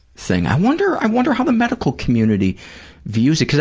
thing. i wonder i wonder how the medical community views it,